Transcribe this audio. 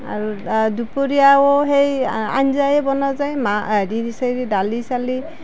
আৰু দুপৰীয়াও সেই আ আঞ্জাই বনোৱা যায় মা হেৰি চেৰি দালি চালি